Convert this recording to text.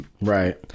Right